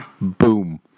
Boom